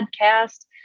podcast